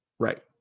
Right